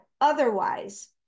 otherwise